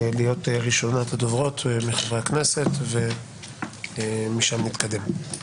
להיות ראשונת הדוברות מחברי הכנסת, ומשם נתקדם.